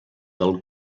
del